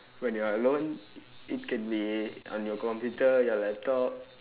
when you are alone it can be on your computer your laptop